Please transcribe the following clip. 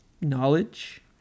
knowledge